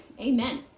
Amen